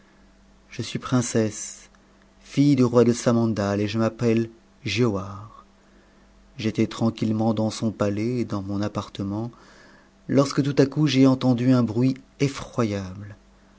je suis princesse fille du roi de samandat et je m pnttp giauhare j'étais tranquillement dans snn p ais t dans mo partement lorsque tout à coup j'ai entendu un bruit effroyable